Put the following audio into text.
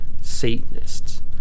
Satanists